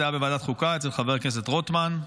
זה היה בוועדת החוקה אצל חבר כנסת רוטמן.